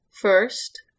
first